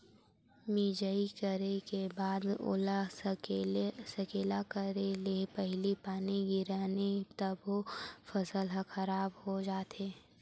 मिजई करे के बाद ओला सकेला करे ले पहिली पानी गिरगे तभो फसल ह खराब हो जाथे